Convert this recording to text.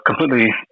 completely